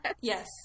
Yes